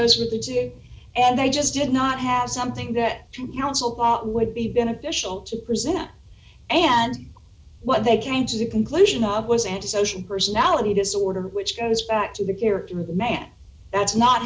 those with the da and i just did not have something that would be beneficial to present and what they came to the conclusion of was antisocial personality disorder which goes back to the dear man that's not